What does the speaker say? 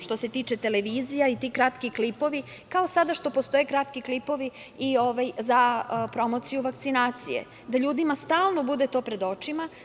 Što se tiče televizije i ti kratki klipovi, kao što sada postoje kratki klipovi za promociju vakcinacije, da ljudima stalno to bude pred očima.